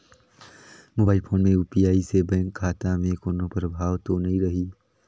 Mobile phone मे UPI से bank खाता मे कोनो प्रभाव तो नइ रही?